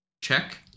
Check